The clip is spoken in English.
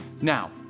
Now